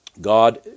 God